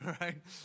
Right